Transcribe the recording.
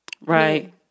Right